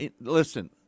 Listen